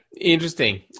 Interesting